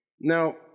Now